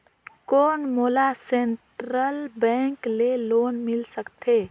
कौन मोला central bank ले लोन मिल सकथे?